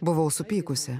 buvau supykusi